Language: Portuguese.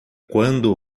quando